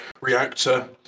reactor